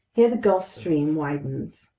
here the gulf stream widens.